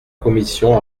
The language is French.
commission